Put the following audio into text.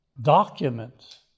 documents